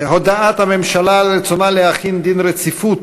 הודעת הממשלה על רצונה להחיל דין רציפות